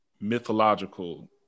mythological